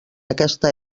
aquesta